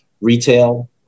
retail